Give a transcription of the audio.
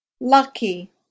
Lucky